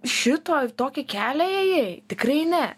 šito tokį kelią ėjai tikrai ne